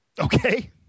Okay